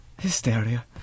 Hysteria